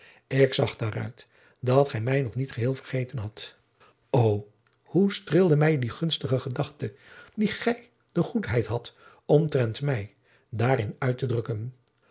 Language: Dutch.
zag daaruit dat gij mij nog niet geheel vergeten hadt o hoe streelde mij de gunstige gedachte die gij de goedheid hadt omtrent mij daarin uit te drukken